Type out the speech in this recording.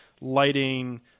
Lighting